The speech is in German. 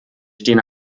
stehen